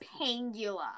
pangula